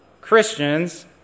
Christians